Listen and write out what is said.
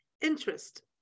interest